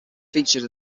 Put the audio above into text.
featured